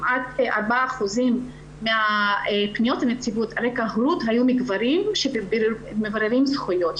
כמעט 4% מהפניות לנציבות על רקע הורות היו מגברים שמבררים זכויות.